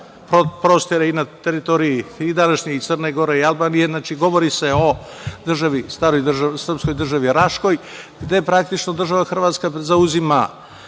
prostire i na teritoriji i današnje Crne Gore i Albanije, znači, govori se o staroj srpskoj državi Raškoj, gde praktično država Hrvatska zauzima